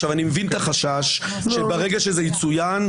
ואני מבין את החשש שברגע שזה יצוין,